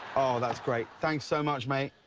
oh, that's great. thanks so much, mate.